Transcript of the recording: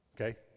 Okay